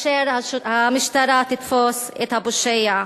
אשר המשטרה תתפוס את הפושע.